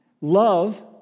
love